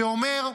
שאומר: